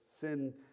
sin